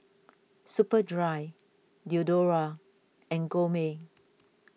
Superdry Diadora and Gourmet